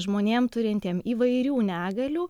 žmonėm turintiem įvairių negalių